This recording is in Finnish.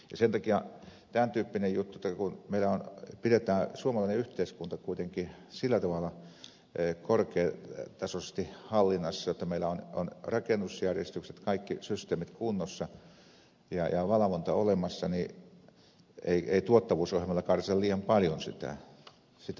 sen takia tämän tyyppinen juttu että kun meillä pidetään suomalainen yhteiskunta kuitenkin sillä tavalla korkeatasoisesti hallinnassa että meillä on rakennusjärjestykset kaikki systeemit kunnossa ja valvonta olemassa niin ei tuottavuusohjelmalla karsita liian paljon sitä